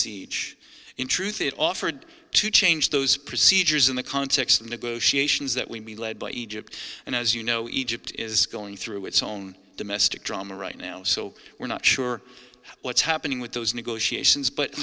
siege in truth it offered to change those procedures in the context of negotiations that would be led by egypt and as you know egypt is going through its own domestic drama right now so we're not sure what's happening with those negotiations but